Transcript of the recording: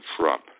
Trump